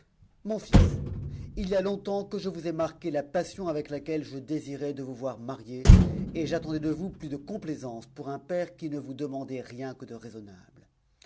mon fils il r a longtemps que je vous ai marqué la passion avec laquelle je désirais le vous voir marié et j'attendais de vous plus de complaisance pour un pe qui ne vous demandait rien que de raisonnable